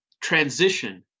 transition